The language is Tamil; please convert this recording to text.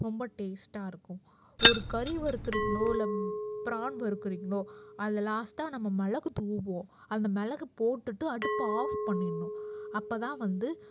ரொம்ப டேஸ்டாக இருக்கும் ஒரு கறி வறுக்கிறீங்களோ இல்லை பிரான் வறுக்கிறீங்களோ அதில் லாஸ்டாக நம்ம மிளகு தூவுவோம் அந்த மிளகு போட்டுவிட்டு அடுப்பை ஆஃப் பண்ணிடணும் அப்போதான் வந்து